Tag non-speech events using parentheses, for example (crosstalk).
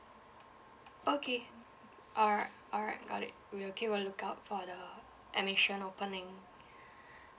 okay all right all right got it will keep a lookout for the admission opening (breath)